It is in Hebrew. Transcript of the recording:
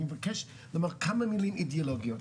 אני מבקש לומר כמה מילים אידיאולוגיות,